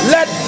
Let